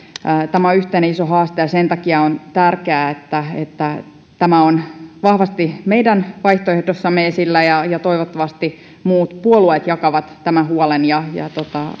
tämä on yhteinen iso haaste ja sen takia on tärkeää että että tämä on vahvasti meidän vaihtoehdossamme esillä ja ja toivottavasti muut puolueet jakavat tämän huolen ja ja